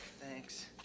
Thanks